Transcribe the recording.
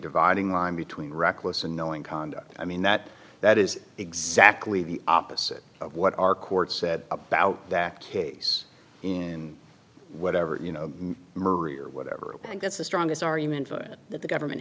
dividing line between reckless and knowing conduct i mean that that is exactly the opposite of what our court said about that case and whatever you know marie or whatever and that's the strongest argument for it that the government